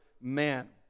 man